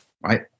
right